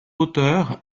auteurs